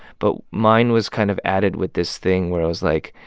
but mine was kind of added with this thing where i was like,